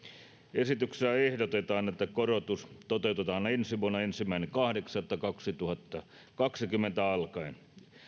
esityksessä ehdotetaan että korotus toteutetaan ensi vuonna ensimmäinen kahdeksatta kaksituhattakaksikymmentä alkaen